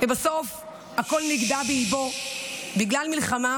ובסוף הכול נגדע באיבו בגלל מלחמה,